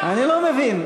אני לא מבין,